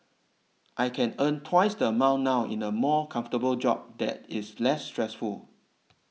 I can earn twice the amount now in a more comfortable job that is less stressful